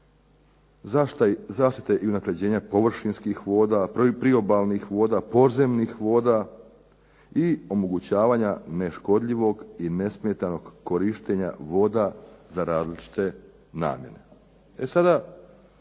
zaštite i unapređenja površinskih voda, priobalnih voda, podzemnih voda i omogućavanja neškodljivog i nesmetanog korištenja voda za različite namjene.